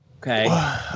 Okay